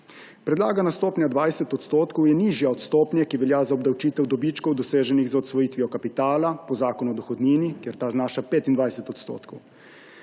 Predlagana stopnja 20 % je nižja od stopnje, ki velja za obdavčitev dobičkov, doseženih z odsvojitvijo kapitala po Zakonu o dohodnini, kjer ta znaša 25 %.